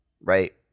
right